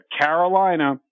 Carolina